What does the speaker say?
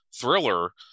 thriller